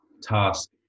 task